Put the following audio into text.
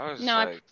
no